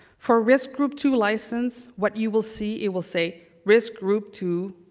for risk group two license, what you will see, it will say risk group two